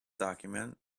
document